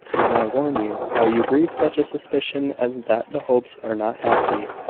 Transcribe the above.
when i warn you how you breathe such a suspicion as that the hopes are not happy.